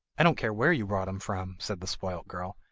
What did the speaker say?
i don't care where you brought him from said the spoilt girl.